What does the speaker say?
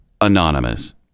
Anonymous